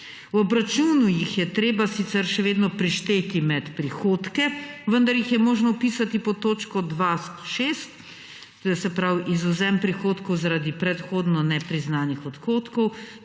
V obračunu jih je treba sicer še vedno prišteti med prihodke, vendar jih je možno vpisati pod točko 2.6; se pravi, izvzem prihodkov zaradi predhodno nepriznanih odhodkov,